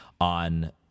on